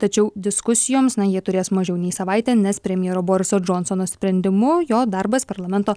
tačiau diskusijoms na jie turės mažiau nei savaitę nes premjero boriso džonsono sprendimu jo darbas parlamento